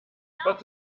traut